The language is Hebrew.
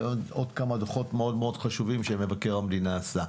ועוד כמה דוחות חשובים מאוד שמבקר המדינה עשה.